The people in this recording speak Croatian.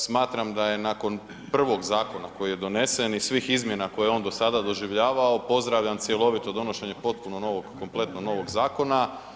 Smatram da je nakon prvog zakona koji je donesen i svih izmjena koje je on do sada doživljavao pozdravljam cjelovito donošenje potpuno novog, kompletno novog zakona.